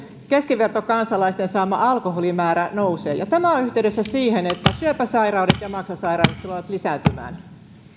keskivertokansalaisten saama alkoholimäärä nousee ja tämä on yhteydessä siihen että syöpäsairaudet ja maksasairaudet tulevat lisääntymään